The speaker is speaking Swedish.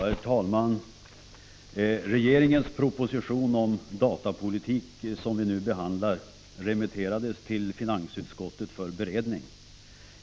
Herr talman! Regeringens proposition om datapolitik som vi nu behandlar remitterades till finansutskottet för beredning.